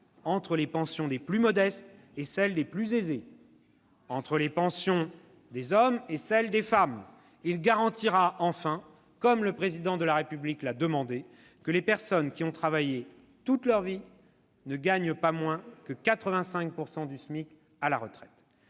entre les pensions des plus modestes et celles des plus aisés, entre les pensions des hommes et celles des femmes. Il garantira enfin, comme le Président l'a demandé, que les personnes qui ont travaillé toute leur vie ne gagnent pas moins que 85 % du SMIC. « Nous